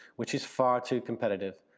which is far too competitive.